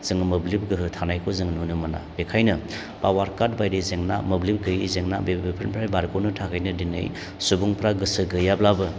जोङो मोब्लिब गोहो थानायखौ जोङो नुनो मोना बेनिखायनो पावार काट बायदि जेंना मोब्लिब गैयै जेंना बेफोरनिफ्राय बारगनो थाखायनो दिनै सुबुंफ्रा गोसो गैयाब्लाबो